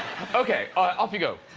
okay ah off you go,